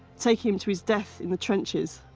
taking him to his death in the trenches.